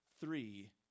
three